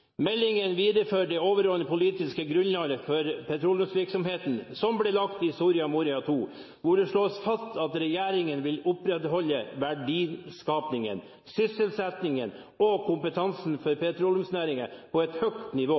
Meldingen viderefører det overordnede politiske grunnlaget for petroleumsvirksomheten som ble lagt i Soria Moria II, hvor det slås fast at regjeringen vil opprettholde verdiskapingen, sysselsettingen og kompetansen fra petroleumsnæringen på et høyt nivå.